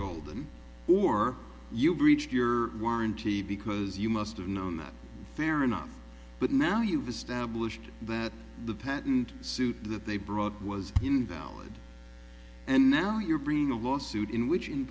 golden or you breached your warranty because you must have known that fair enough but now you've established that the patent suit that they brought was invalid and now you're bringing a lawsuit in which in